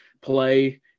play –